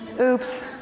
Oops